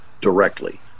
directly